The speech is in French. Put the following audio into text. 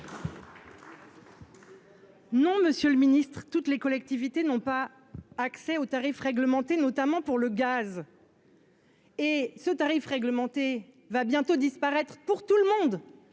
Non, Monsieur le Ministre, toutes les collectivités n'ont pas accès aux tarifs réglementés, notamment pour le gaz. Et ce tarif réglementé va bientôt disparaître pour tout le monde